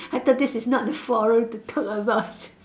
I thought this is not the forum to talk about s~